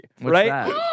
right